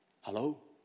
Hello